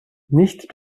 nicht